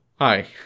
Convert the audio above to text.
hi